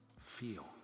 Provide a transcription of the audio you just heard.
feel